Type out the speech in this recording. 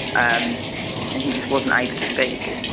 um and he just wasn't able to speak